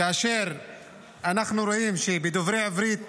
כאשר אנחנו רואים שבדוברי עברית